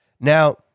Now